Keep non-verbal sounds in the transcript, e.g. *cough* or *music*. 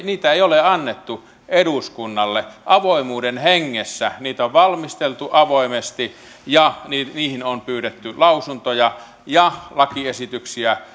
*unintelligible* niitä ei ole annettu eduskunnalle avoimuuden hengessä niitä on valmisteltu avoimesti ja niihin on pyydetty lausuntoja ja lakiesityksiä *unintelligible*